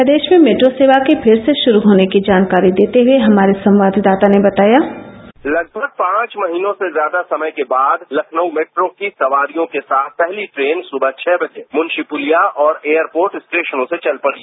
प्रदेश में मेट्रो सेवा के फिर से शुरू होने की जानकारी देते हये हमारे संवाददाता ने बताया लगमग पांच महीनों के ज्यादा समय के बाद लखनऊ मेट्रो की सवारियों के साथ पहली टेन सबह छह बजे मंशी पलिया और एयरपोर्ट स्टेशनों से चल पड़ी